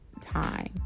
time